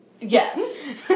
Yes